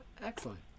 Excellent